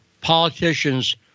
politicians